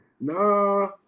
Nah